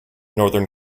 northern